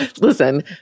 listen